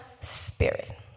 spirit